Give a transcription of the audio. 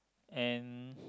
and